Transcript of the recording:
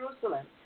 Jerusalem